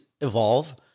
evolve